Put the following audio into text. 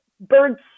birds